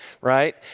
right